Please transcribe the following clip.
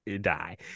die